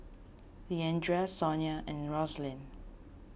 Leandra Sonya and Roslyn